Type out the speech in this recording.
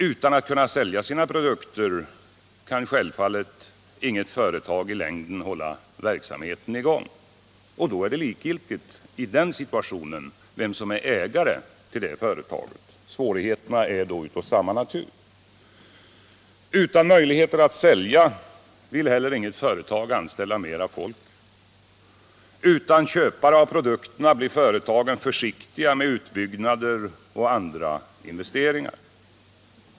Utan att kunna sälja sina produkter kan självfallet inget företag i längden hålla verksamheten i gång. I den situationen är det likgiltigt vem som är ägare till ett företag. Svårigheterna är av samma natur. Utan möjligheter att sälja vill heller inget företag anställa mer folk. Utan köpare av produkterna blir företagen försiktiga med utbyggnader och andra investeringar.